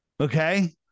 okay